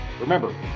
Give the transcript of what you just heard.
Remember